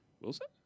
Wilson